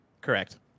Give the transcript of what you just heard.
Correct